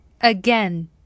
again